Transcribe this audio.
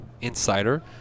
Insider